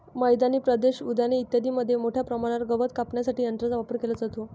मैदानी प्रदेश, उद्याने इत्यादींमध्ये मोठ्या प्रमाणावर गवत कापण्यासाठी यंत्रांचा वापर केला जातो